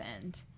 end